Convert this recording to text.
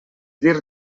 dir